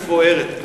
מפוארת,